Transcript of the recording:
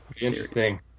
Interesting